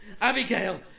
Abigail